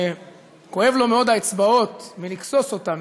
כואבות לו מאוד האצבעות מלכסוס אותן,